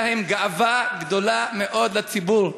אלא הם גאווה גדולה מאוד לציבור.